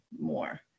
more